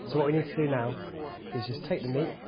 so what we need to do now is just take the meat